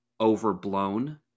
overblown